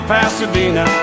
Pasadena